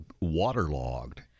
waterlogged